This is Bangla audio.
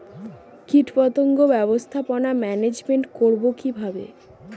কীটপতঙ্গ ব্যবস্থাপনা ম্যানেজমেন্ট করব কিভাবে?